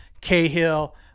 Cahill